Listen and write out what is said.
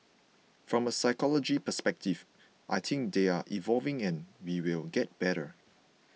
from a sociological perspective I think they are evolving and we will get better